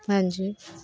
ਹਾਂਜੀ